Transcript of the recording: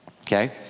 Okay